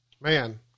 Man